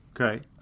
Okay